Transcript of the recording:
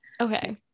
Okay